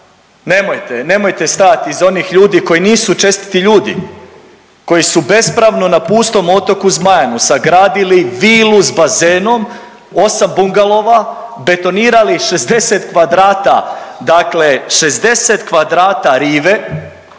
Nemojte, nemojte stajati iza onih ljudi koji nisu čestiti ljudi, koji su bespravno na putnom otoku Zmajanu sagradili vilu s bazenom, 8 bungalova, betonirali 60 kvadrata, dakle, 60 kvadrata rive,